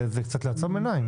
זה עצימת עיניים.